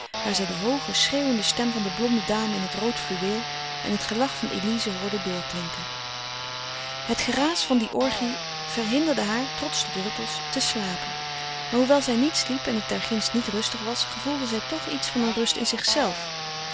waar zij de hooge schreeuwende stem van de blonde dame in het rood fluweel en het gelach van elize hoorde doorklinken het geraas van die orgie verhinderde haar trots de druppels te slapen maar hoewel zij niet sliep en het daarginds niet rustig was gevoelde zij toch iets van een rust in zichzelve